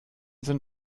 sind